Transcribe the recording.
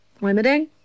limiting